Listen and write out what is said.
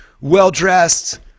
well-dressed